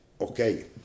okay